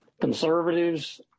conservatives